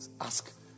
ask